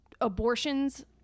abortions